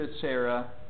Sarah